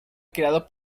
creado